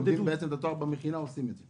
--- בתואר במכינה עושים את זה.